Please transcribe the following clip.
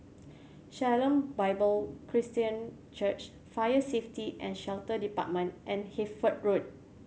Shalom Bible Presbyterian Church Fire Safety And Shelter Department and Hertford Road